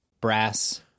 Brass